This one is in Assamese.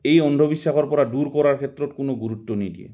এই অন্ধবিশ্বাসৰ পৰা দূৰ কৰাৰ ক্ষেত্ৰত কোনো গুৰুত্ব নিদিয়ে